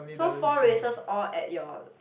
so four races all at your